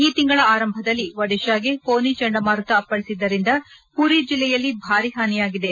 ಈ ತಿಂಗಳ ಆರಂಭದಲ್ಲಿ ಒಡಿಶಾಗೆ ಫೊನಿ ಚಂಡಮಾರುತ ಅಪ್ಪಳಿಸಿದ್ದರಿಂದ ಪುರಿ ಜಿಲ್ಲೆಯಲ್ಲಿ ಭಾರಿ ಹಾನಿಯಾಗಿದೆ